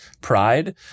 pride